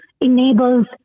enables